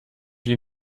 you